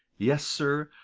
yes, sir,